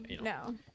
no